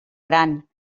gran